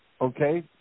Okay